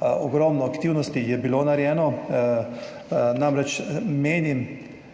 ogromno aktivnosti je bilo narejenih. Menim